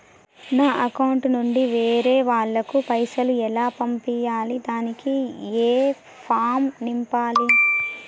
నా అకౌంట్ నుంచి వేరే వాళ్ళకు పైసలు ఎలా పంపియ్యాలి దానికి ఏ ఫామ్ నింపాలి?